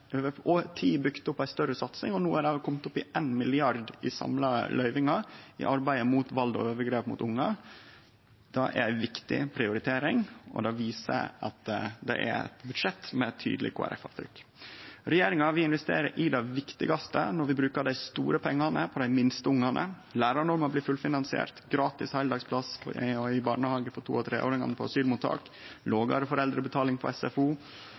Over tid har ein bygd opp ei større satsing, og i dette budsjettet er ein no komen opp i 1 mrd. kr i samla løyvingar i arbeidet mot vald og overgrep mot ungar. Det er ei viktig prioritering, og det viser at det er eit budsjett med eit tydeleg Kristeleg Folkeparti-avtrykk. Vi i regjeringa investerer i det viktigaste når vi bruker dei store pengane på dei minste ungane. Lærarnorma blir fullfinansiert, det blir gratis heildagsplass og barnehage for to- og treåringane på asylmottak, lågare foreldrebetaling på SFO